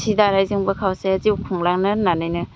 सि दानायजोंबो खावसे जिउ खुंलांनो होननानैनो